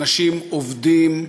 אנשים עובדים,